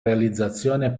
realizzazione